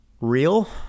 real